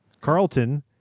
carlton